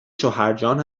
شوهرجان